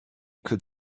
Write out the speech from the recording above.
could